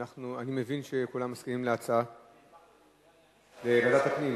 אני מבין שכולם מסכימים להצעה להעביר לוועדת הפנים.